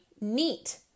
neat